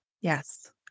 Yes